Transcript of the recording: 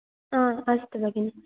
आ अस्तु भगिनि